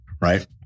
Right